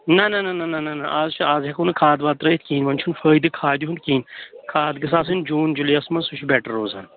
نہَ نہَ نہَ نہَ نہَ نہَ نہَ اَز چھُ اَز ہٮ۪کو نہٕ کھاد واد ترٲوِتھ کِہیٖنٛۍ وۅنۍ چھُنہٕ فٲیدٕ کھادِ ہُنٛد کِہیٖنٛۍ کھاد گژھ آسٕنۍ جوٗن جُلٲئی یَس منٛز سُہ چھُ بیٹر روزان